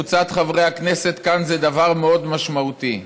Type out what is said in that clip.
קבוצת חברי הכנסת כאן זה דבר מאוד משמעותי.